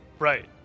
right